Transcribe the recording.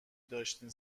داشتین